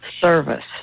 service